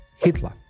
Hitler